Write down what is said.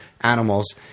animals